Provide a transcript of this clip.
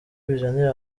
bizanira